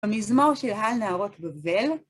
המזמור של על נהרות בובל